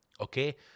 Okay